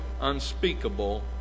unspeakable